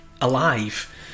alive